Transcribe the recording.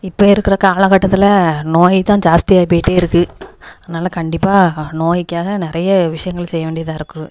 இப்போ இருக்கிற காலகட்டத்தில் நோய் தான் ஜாஸ்தியாகி போய்கிட்டே இருக்குது அதனால் கண்டிப்பாக நோய்க்காக நிறைய விஷயங்கள் செய்ய வேண்டியதாக இருக்குது